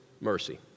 mercy